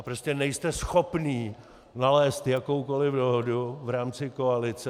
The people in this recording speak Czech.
Prostě nejste schopní nalézt jakoukoli dohodu v rámci koalice.